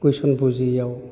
कुइसन बुजियैयाव